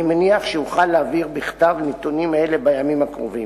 אני מניח שאוכל להעביר נתונים אלה בכתב בימים הקרובים.